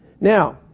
Now